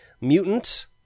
mutant